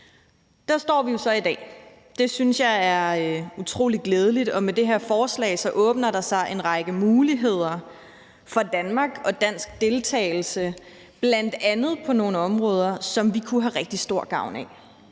Der står vi jo så i dag. Det synes jeg er utrolig glædeligt, og med det her forslag åbner der sig en række muligheder for Danmark og dansk deltagelse på nogle områder, som vi kunne have rigtig stor gavn af.